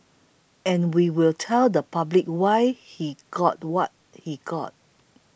and we will tell the public why he got what he got